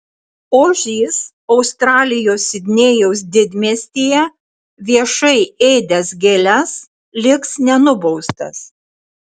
ožys australijos sidnėjaus didmiestyje viešai ėdęs gėles liks nenubaustas